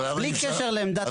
בלי קשר לעמדת המהנדס.